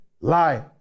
lie